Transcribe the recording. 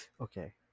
okay